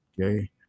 Okay